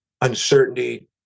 uncertainty